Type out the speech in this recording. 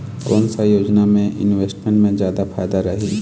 कोन सा योजना मे इन्वेस्टमेंट से जादा फायदा रही?